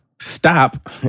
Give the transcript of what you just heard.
stop